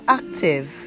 active